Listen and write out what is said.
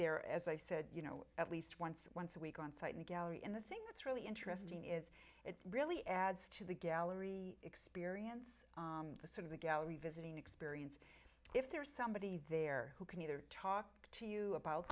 there as i said you know at least once once we go onsite and gallery and the thing that's really interesting is it really adds to the gallery experience the sort of the gallery visiting experience if there's somebody there who can either talk to you about